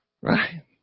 right